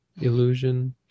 illusion